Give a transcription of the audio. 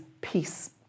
peace